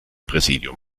präsidium